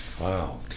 Wow